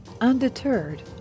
undeterred